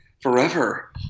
forever